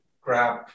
grab